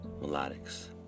melodic's